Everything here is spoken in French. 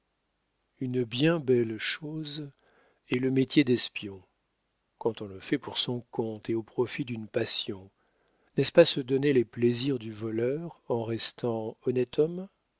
une bien belle chose est le métier d'espion quand on le fait pour son compte et au profit d'une passion n'est-ce pas se donner les plaisirs du voleur en restant honnête homme